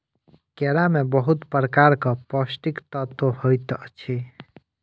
केरा में बहुत प्रकारक पौष्टिक तत्व होइत अछि